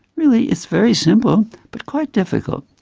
really it's very simple but quite difficult.